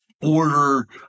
order –